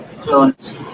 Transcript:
clone's